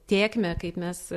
tėkmę kaip mes